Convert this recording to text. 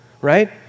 right